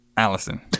Allison